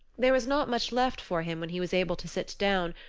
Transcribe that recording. there was not much left for him when he was able to sit down,